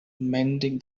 mending